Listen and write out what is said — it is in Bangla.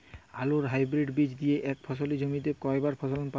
আলুর হাইব্রিড বীজ দিয়ে এক ফসলী জমিতে কয়বার ফলন পাব?